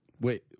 Wait